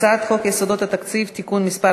הצעת חוק יסודות התקציב (תיקון מס'